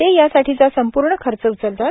ते यासाठीचा संपूर्ण खर्च उचलतात